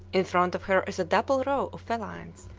in front of her is a double row of felines,